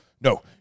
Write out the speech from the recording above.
no